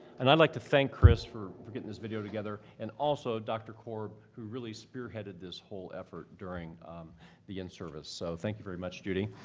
and i'd like to thank chris for for getting this video together and also dr. korb, who really spear-headed this whole effort during the in-service. so thank you very much, judy.